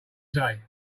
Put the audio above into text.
say